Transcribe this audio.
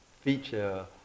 feature